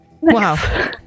wow